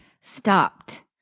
stopped